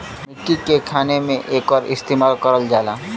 मट्टी के खने में एकर इस्तेमाल करल जाला